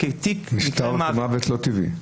נפטר במוות לא טבעי.